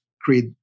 create